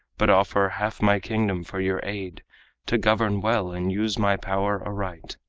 but offer half my kingdom for your aid to govern well and use my power aright.